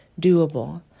doable